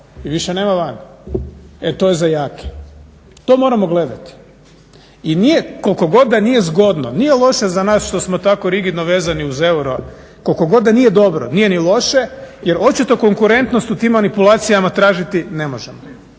i više nema van. E to je za jake. To moramo gledati. I nije, koliko god da nije zgodno, nije loše za naš što smo tako rigidno vezani uz euro, koliko god da nije dobro, nije ni loše jer očito konkurentnost u tim manipulacijama tražiti ne možemo